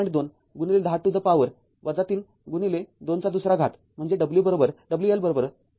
२ १० to the power ३२ २म्हणजे WL ०